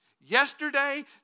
Yesterday